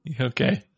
Okay